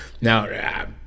Now